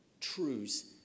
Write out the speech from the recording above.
truths